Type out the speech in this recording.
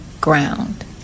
ground